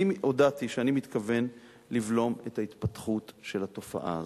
הודעתי שאני מתכוון לבלום את ההתפתחות של התופעה הזאת.